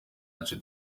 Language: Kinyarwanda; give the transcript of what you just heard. byacu